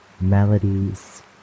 melodies